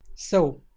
so,